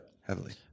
Heavily